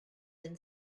been